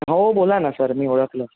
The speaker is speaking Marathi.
हो बोला ना सर मी ओळखलं